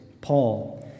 Paul